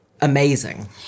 amazing